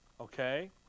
okay